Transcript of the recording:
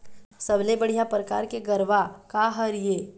सबले बढ़िया परकार के गरवा का हर ये?